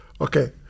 okay